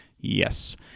yes